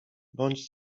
bądź